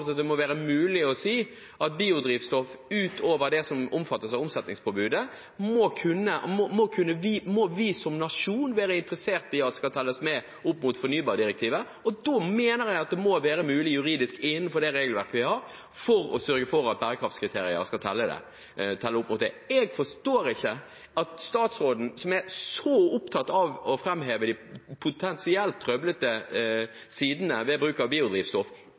det må være mulig å si at biodrivstoff utover det som omfattes av omsetningspåbudet, må vi som nasjon være interessert i skal telles med opp mot fornybardirektivet. Jeg mener at det må være mulig juridisk, innenfor det regelverket vi har, å sørge for at bærekraftskriterier skal telle opp mot det. Jeg forstår ikke at statsråden, som er så opptatt av å framheve de potensielt trøblete sidene ved bruk av biodrivstoff,